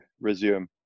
resume